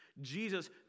Jesus